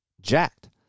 jacked